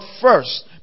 first